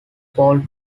paul